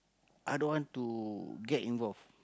i don't want to get involved